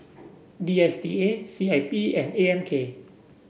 D S T A C I P and A M K